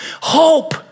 Hope